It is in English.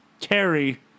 Terry